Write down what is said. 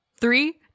Three